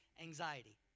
anxiety